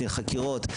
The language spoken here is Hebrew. קצין החקירות.